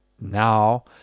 now